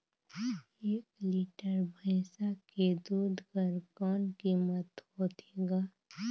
एक लीटर भैंसा के दूध कर कौन कीमत होथे ग?